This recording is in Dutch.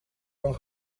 dan